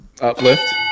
uplift